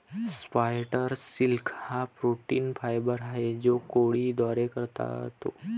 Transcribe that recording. spider silk हा protein fibre आहे जो कोळी द्वारे काततो